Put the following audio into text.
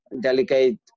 delicate